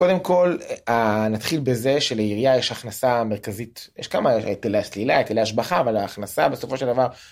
קודם כל, נתחיל בזה שלעירייה יש הכנסה מרכזית, יש כמה, היטלי סלילה, היטלי השבחה, אבל ההכנסה בסופו של דבר